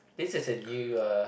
this is a new uh